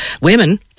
women